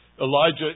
Elijah